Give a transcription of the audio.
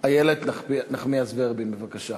איילת נחמיאס ורבין, בבקשה.